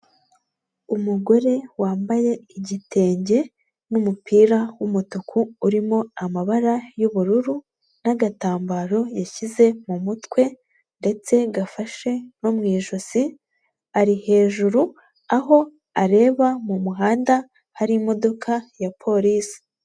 Umugore wambaye igitenge n'umupira w'umutuku urimo amabara yubururu n'agatambaro yashyize mu mutwe, ndetse gafashe no mu ijosi ari hejuru aho areba mumuhanda hari imodoka ya Polisi.